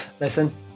Listen